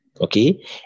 Okay